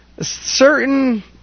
certain